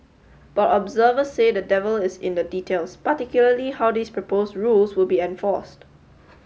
but observers say the devil is in the details particularly how these proposed rules would be enforced